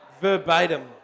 verbatim